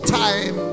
time